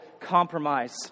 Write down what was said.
compromise